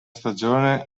stagione